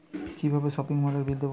কিভাবে সপিং মলের বিল দেবো?